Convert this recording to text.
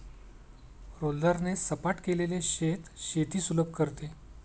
रोलरने सपाट केलेले शेत शेती सुलभ करते